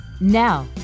Now